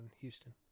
Houston